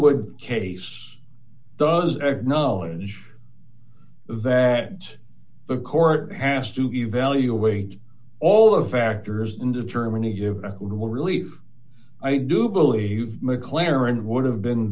would case does acknowledge that the court has to be evaluate all of the factors in determining if the relief i do believe mclaren would have been